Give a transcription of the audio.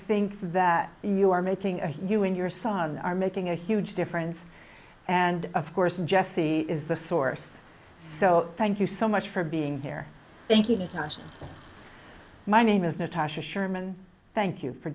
think that you are making and you and your son are making a huge difference and of course and jesse is the source so thank you so much for being here thank you my name is natasha sherman thank you for